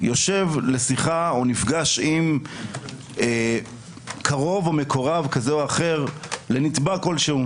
יושב לשיחה או נפגש עם קרוב או מקורב כזה או אחר לנתבע כלשהו,